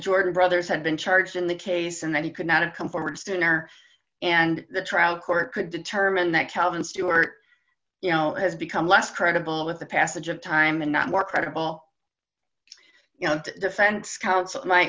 jordan brothers had been charged in the case and that he could not have come forward sooner and the trial court could determine that calvin stewart you know has become less credible with the passage of time and not more credible